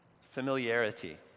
familiarity